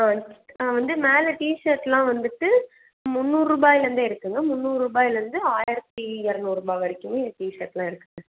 ஆ ஆ வந்து மேலே டிஷர்ட்லாம் வந்துட்டு முந்நூறு ரூபாய்லேருந்தே இருக்குங்க முந்நூறு ரூபாய்லேருந்து ஆயிரத்தி இரநூறுருபா வரைக்குமே டிஷர்ட்லாம் இருக்குங்க